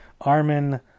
Armin